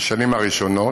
בשנים הראשונות.